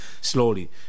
slowly